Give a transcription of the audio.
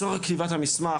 לצורך כתיבת המסמך,